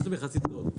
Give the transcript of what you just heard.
נבחין.